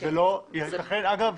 אגב,